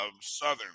Southern